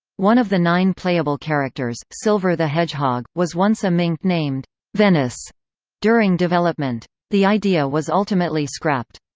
one of the nine playable characters, silver the hedgehog, was once a mink named venice during development. the idea was ultimately scrapped.